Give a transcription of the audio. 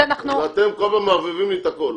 אתם מערבבים לי את הכול,